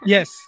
Yes